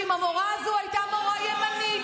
שאם המורה הזאת הייתה מורה ימנית,